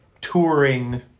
touring